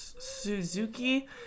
Suzuki